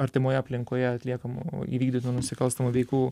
artimoje aplinkoje atliekamų įvykdytų nusikalstamų veikų